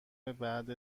بعد